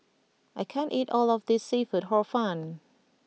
I can't eat all of this Seafood Hor Fun